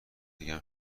بگم